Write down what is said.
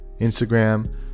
Instagram